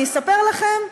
אני אספר לכם,